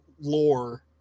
lore